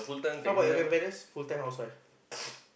how about your grandparents full time housewife